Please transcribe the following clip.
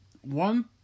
one